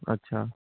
اچّھا